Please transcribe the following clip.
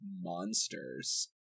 monsters